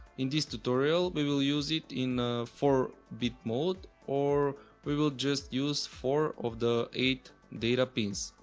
in this tutorial we will use it in four bit mode or we will just use four of the eight data pins.